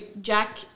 Jack